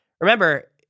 Remember